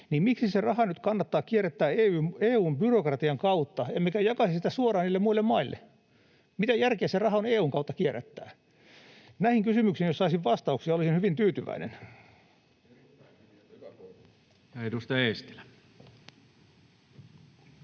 niin miksi se raha nyt kannattaa kierrättää EU:n byrokratian kautta emmekä jaa sitä suoraan niille muille maille? Mitä järkeä sitä rahaa on EU:n kautta kierrättää? Näihin kysymyksiin jos saisin vastauksen, olisin hyvin tyytyväinen. [Speech 181]